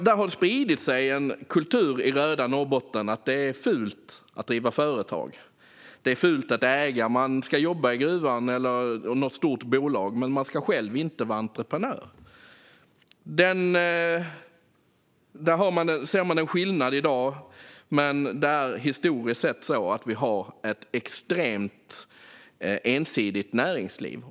Det har spridit sig en kultur i röda Norrbotten att det är fult att driva företag och att äga. Man ska jobba i gruvan eller hos något stort bolag, men man ska inte själv vara entreprenör. Vi ser en skillnad där i dag, men historiskt sett har vi haft ett extremt ensidigt näringsliv.